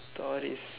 stories